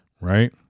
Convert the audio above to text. right